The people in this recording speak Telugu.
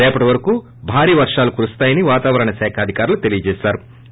రేపటి వరకూ వరకు భారీ వర్షాలు కురుస్తాయని వాతావరణ శాఖ అధికారులు తెలియజేశారు